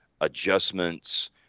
adjustments